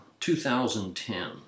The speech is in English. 2010